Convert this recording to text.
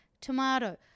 tomato